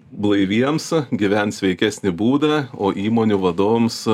blaiviems gyvent sveikesnį būdą o įmonių vadovams